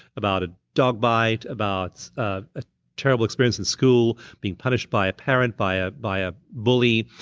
about a dog bite, about a a terrible experience in school, being punished by a parent, by a by a bully.